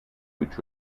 which